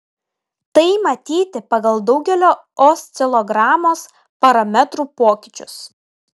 tai matyti pagal daugelio oscilogramos parametrų pokyčius